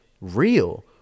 real